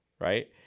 right